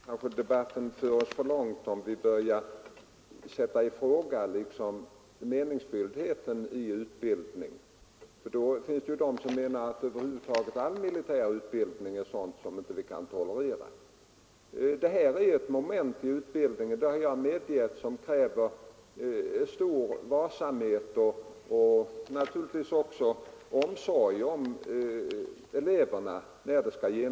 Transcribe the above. Herr talman! Kanske för det för långt att i den här debatten börja ifrågasätta det meningsfulla i utbildning; det finns ju de som anser att man inte skall tolerera någon militär utbildning alls. Detta är ett moment i utbildningen — det har jag medgivit — som kräver stor varsamhet och naturligtvis också omsorg om eleverna.